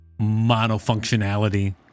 monofunctionality